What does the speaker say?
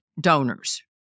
donors